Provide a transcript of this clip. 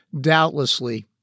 doubtlessly